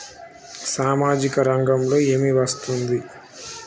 సామాజిక రంగంలో ఏమి వస్తుంది?